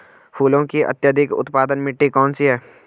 फूलों की अत्यधिक उत्पादन मिट्टी कौन सी है?